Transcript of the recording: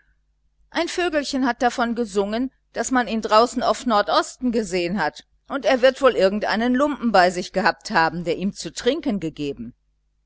ein vögelchen hat davon gesungen daß man ihn draußen auf nordosten gesehen hat und er wird wohl irgendeinen lumpen bei sich gehabt haben der ihm zu trinken gegeben